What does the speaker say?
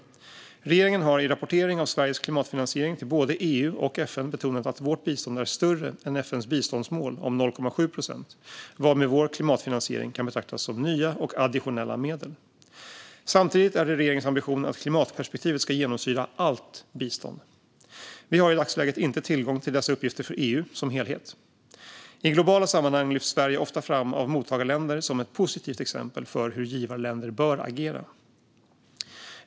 Regeringen har i rapportering av Sveriges klimatfinansiering till både EU och FN betonat att vårt bistånd är större än FN:s biståndsmål om 0,7 procent, varmed vår klimatfinansiering kan betraktas som nya och additionella medel. Samtidigt är det regeringens ambition att klimatperspektivet ska genomsyra allt bistånd. Vi har i dagsläget inte tillgång till dessa uppgifter för EU som helhet. I globala sammanhang lyfts Sverige ofta fram av mottagarländer som ett positivt exempel för hur givarländer bör agera.